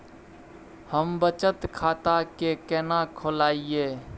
हम बचत खाता केना खोलइयै?